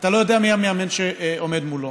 אתה לא יודע מי המאמן שעומד מולו,